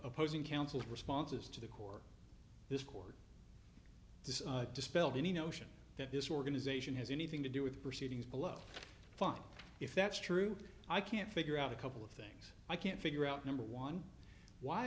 opposing counsel responses to the court this court to dispel the notion that this organization has anything to do with proceedings below fun if that's true i can't figure out a couple of things i can't figure out number one why